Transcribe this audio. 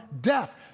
death